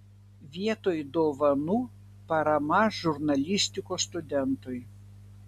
vietoj dovanų parama žurnalistikos studentui